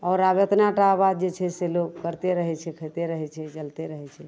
आओर आब एतना टा बात जे छै से लोक करिते रहै छै होइते रहै छै चलिते रहै छै